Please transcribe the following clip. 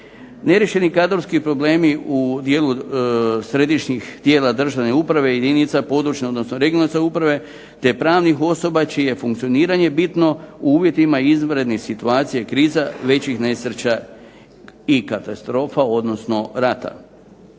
Neriješeni kadrovski problemi u dijelu središnjih tijela državne uprave, jedinica područne, odnosno regionalne samouprave te pravnih osoba čije je funkcioniranje bitno u uvjetima izvanrednih situacija i kriza, većih nesreća i katastrofa, odnosno rata.